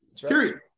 Period